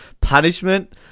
Punishment